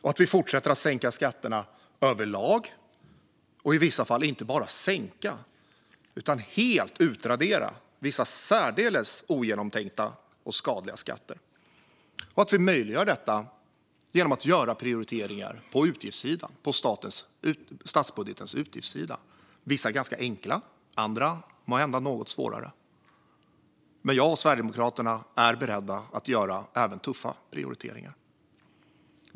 Vi ska fortsätta att sänka skatterna överlag, i vissa fall inte bara sänka dem utan helt utradera vissa särdeles ogenomtänkta och skadliga skatter. Detta möjliggör vi genom att göra prioriteringar på statsbudgetens utgiftssida, vissa ganska enkla, andra måhända något svårare. Jag och Sverigedemokraterna är beredda att göra även tuffa prioriteringar.